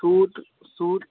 suit suit